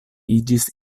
iĝis